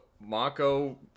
Mako